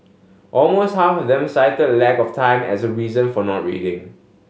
almost half of them cited lack of time as a reason for not reading